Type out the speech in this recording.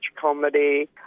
comedy